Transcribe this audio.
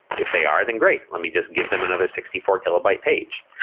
if they are, then great. let me just give them another sixty four kilobyte page.